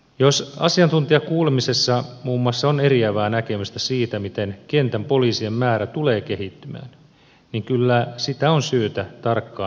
jos asiantuntijakuulemisessa muun muassa on eriävää näkemystä siitä miten kentän poliisien määrä tulee kehittymään niin kyllä sitä on syytä tarkkaan arvioida